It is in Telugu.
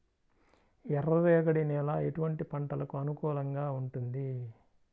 ఎర్ర రేగడి నేల ఎటువంటి పంటలకు అనుకూలంగా ఉంటుంది?